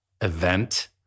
event